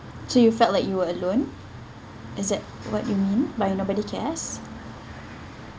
so you felt like you were alone is that what you mean by nobody cares